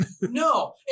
No